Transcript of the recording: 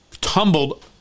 tumbled